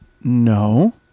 No